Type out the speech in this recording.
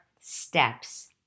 steps